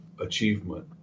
achievement